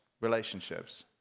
relationships